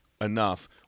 enough